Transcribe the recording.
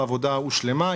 העבודה הושלמה,